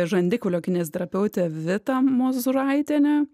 žandikaulio kineziterapeutė vita mozūraitienė